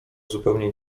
zupełnie